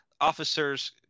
Officers